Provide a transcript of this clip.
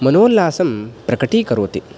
मनोल्लासं प्रकटीकरोति